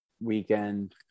weekend